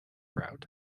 route